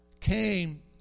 came